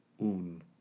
Un